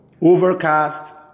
Overcast